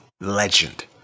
legend